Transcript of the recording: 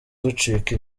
ducika